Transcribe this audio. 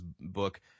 book